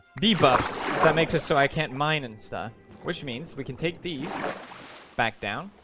debuff that makes us so i can't mine and stuff which means we can take these back down.